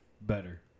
better